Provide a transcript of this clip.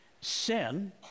sin